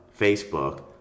Facebook